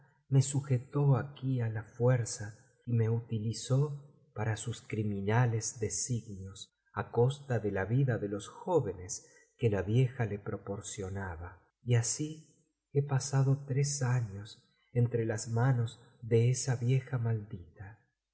me sujetó aquí á la fuerza y me utilizó para sus criminales designios á costa de la vida de los jóvenes que la vieja le proporcionaba y así he pasado tres años entre las manos de esa vieja maldita